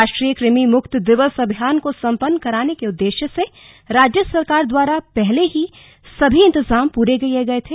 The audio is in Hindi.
राष्ट्रीय कृमि मुक्त दिवस अभियान को सम्पन्न कराने के उद्देश्य से राज्य सरकार द्वारा पहले ही सभी इंतजाम पूरे किए गए थे